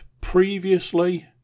previously